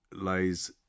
lies